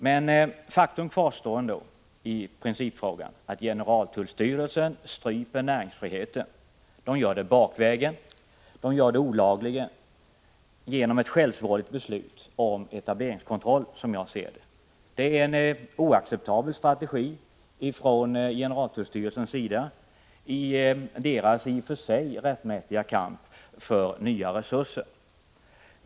Men faktum kvarstår ändå när det gäller principfrågan, nämligen att generaltullstyrelsen stryper näringsfriheten, och den gör det, som jag ser det, bakvägen och olagligt genom ett självsvåldigt beslut om etableringskontroll. Det är en oacceptabel strategi från generaltullstyrelsens sida i dess i och för sig rättmätiga kamp för nya resurser.